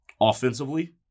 offensively